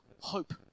hope